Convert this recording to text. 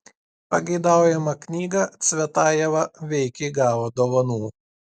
pageidaujamą knygą cvetajeva veikiai gavo dovanų